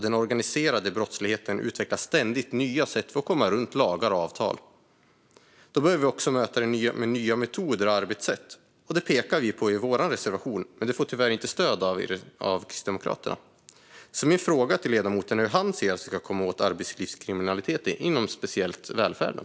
Den organiserade brottsligheten utvecklar ständigt nya sätt att komma runt lagar och avtal. Då behöver det mötas med nya metoder och arbetssätt. Det pekar vi på i vår reservation. Men vi får tyvärr inte stöd av Kristdemokraterna för det. Hur ser ledamoten att vi ska komma åt arbetslivskriminaliteten inom speciellt välfärden?